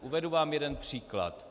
Uvedu vám jeden příklad.